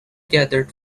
gathered